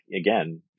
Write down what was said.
again